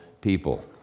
people